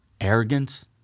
Arrogance